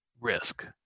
risk